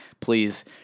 please